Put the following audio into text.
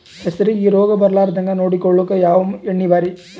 ಹೆಸರಿಗಿ ರೋಗ ಬರಲಾರದಂಗ ನೊಡಕೊಳುಕ ಯಾವ ಎಣ್ಣಿ ಭಾರಿ?